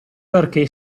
perché